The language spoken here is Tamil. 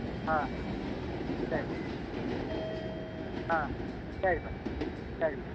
ஆ சரிப்பா ஆ சரிப்பா சரி